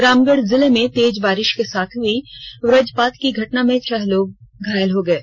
रामगढ़ जिले में तेज बारिश के साथ हुई वजपात की घटना में छह लोग घायल हो गये